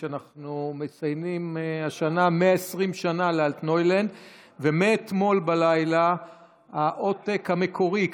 שאנחנו מציינים השנה 120 שנה ל"אלטנוילנד" ומאתמול בלילה העותק המקורי,